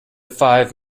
five